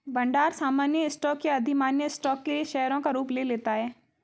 भंडार सामान्य स्टॉक या अधिमान्य स्टॉक के लिए शेयरों का रूप ले लेता है